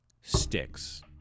Sticks